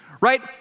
right